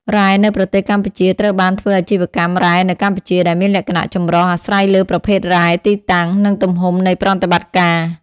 រ៉ែនៅប្រទេសកម្ពុជាត្រូវបានធ្វើអាជីវកម្មរ៉ែនៅកម្ពុជា ដែលមានលក្ខណៈចម្រុះ អាស្រ័យលើប្រភេទរ៉ែ ទីតាំង និងទំហំនៃប្រតិបត្តិការ។